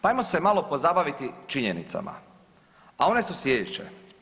Pa ajmo se malo pozabaviti činjenicama, a one su slijedeće.